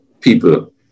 people